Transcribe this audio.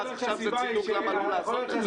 אז עכשיו זה צידוק למה לא לעשות את זה?